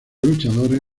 luchadores